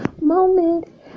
moment